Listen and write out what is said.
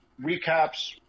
recaps